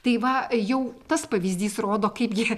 tai va jau tas pavyzdys rodo kaip gi